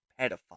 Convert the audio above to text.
pedophile